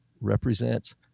represents